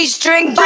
string